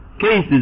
cases